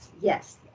yes